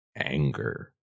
anger